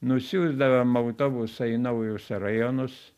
nusiųsdavom autobusą į naujus rajonus